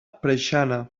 preixana